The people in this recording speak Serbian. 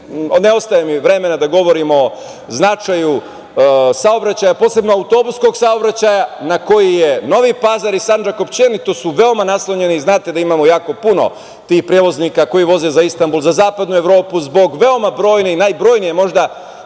ne ostaje vremena da govorim o značaju saobraćaja, posebno autobuskog saobraćaja na koji su Novi Pazar i Sandžak oslonjeni. Znate da imamo jako puno prevoznika koji voze za Istanbul, za Zapadnu Evropu zbog možda i najbrojnije